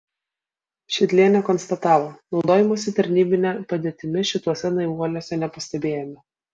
šidlienė konstatavo naudojimosi tarnybine padėtimi šituose naivuoliuose nepastebėjome